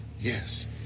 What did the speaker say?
yes